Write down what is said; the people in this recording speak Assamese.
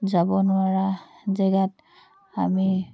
যাব নোৱাৰা জেগাত আমি